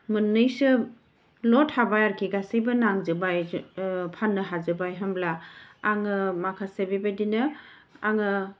मोननैसो न'आव थाबाय आरोखि गासैबो नांजोबबाय फाननो हाजोबबाय होनब्ला आङो माखासे बेबायदिनो आङो